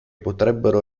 potrebbero